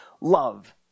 love